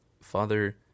Father